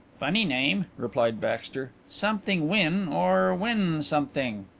funny name, replied baxter. something wynn or wynn something.